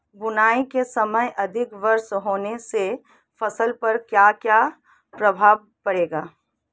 बुआई के समय अधिक वर्षा होने से फसल पर क्या क्या प्रभाव पड़ेगा?